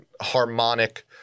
harmonic